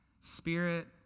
Spirit